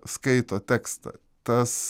skaito tekstą tas